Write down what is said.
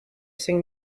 sing